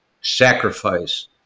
sacrifice